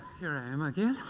here i am again.